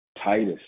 Titus